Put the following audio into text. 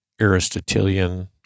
Aristotelian